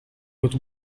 with